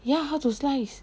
ya how to slice